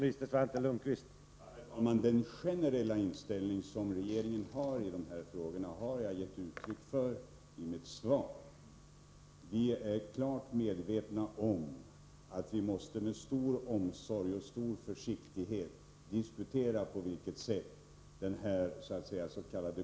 Herr talman! Regeringens generella inställning har jag gett uttryck för i mitt svar. Vi är klart medvetna om att vi med stor omsorg och stor försiktighet måste bedöma på vilket sätt den s.k. kolintroduktionen skall ske.